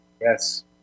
Yes